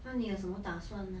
so 你有什么打算